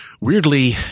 weirdly